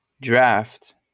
draft